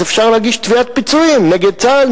אז אפשר להגיש תביעת פיצויים נגד צה"ל,